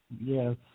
Yes